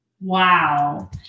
Wow